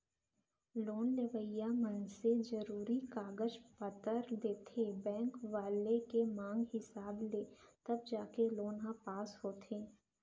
loan लेवइया मनसे जरुरी कागज पतर देथे बेंक वाले के मांग हिसाब ले तब जाके लोन ह पास होथे